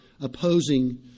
opposing